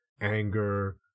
anger